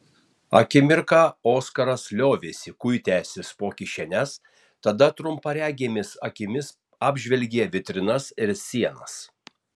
akimirką oskaras liovėsi kuitęsis po kišenes tada trumparegėmis akimis apžvelgė vitrinas ir sienas